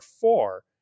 four